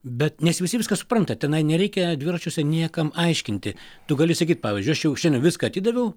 bet nes visi viską supranta tenai nereikia dviračiuose niekam aiškinti tu gali sakyt pavyzdžiui aš jau šiandien viską atidaviau